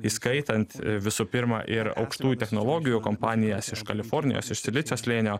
įskaitant visų pirma ir aukštųjų technologijų kompanijas iš kalifornijos iš silicio slėnio